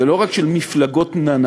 ולא רק של מפלגות ננס.